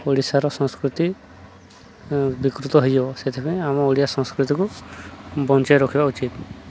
ଓଡ଼ିଶାର ସଂସ୍କୃତି ବିକୃତ ହେଇଯିବ ସେଥିପାଇଁ ଆମ ଓଡ଼ିଆ ସଂସ୍କୃତିକୁ ବଞ୍ଚାଇ ରଖିବା ଉଚିତ୍